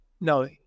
no